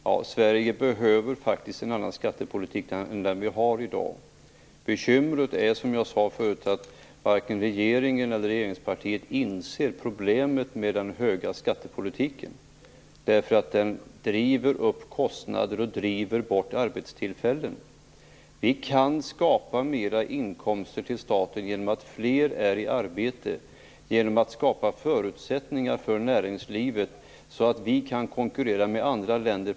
Ja, Sverige behöver faktiskt en annan skattepolitik än den vi i dag har. Bekymret är, som jag tidigare sade, att varken regeringen eller regeringspartiet inser problemet med de höga skatterna. Den politiken driver ju upp kostnader och driver bort arbetstillfällen. Vi kan skapa mera inkomster till staten genom att fler är i arbete och genom att skapa sådana förutsättningar för näringslivet att Sverige på ett bättre sätt kan konkurrera med andra länder.